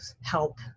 help